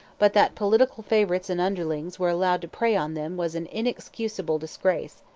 but that political favourites and underlings were allowed to prey on them was an inexcusable disgrace.